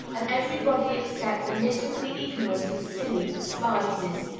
and everybody except the miserably ignorant and silly despises.